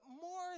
more